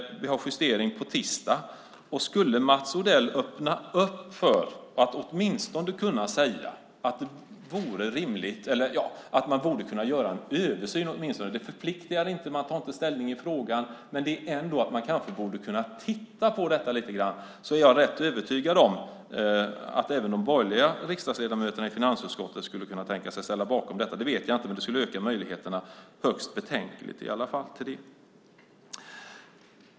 Vi har justering på tisdag. Skulle Mats Odell öppna för att man åtminstone borde kunna göra en översyn - inget förpliktande, inget ställningstagande i frågan men ändå ett uttalande om man kanske kunde titta på detta lite grann - är jag rätt övertygad om att även de borgerliga riksdagsledamöterna i finansutskottet skulle kunna tänka sig att ställa sig bakom detta. Det vet jag förstås inte, men det skulle öka möjligheterna för detta högst väsentligt.